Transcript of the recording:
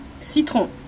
Citron